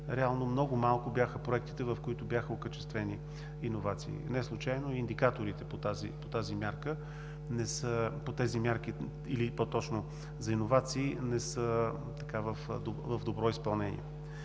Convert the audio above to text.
реално много малко бяха проектите, в които бяха окачествени иновации. Неслучайно индикаторите по тези мерки, или по-точно за иновации, не са в добро изпълнение.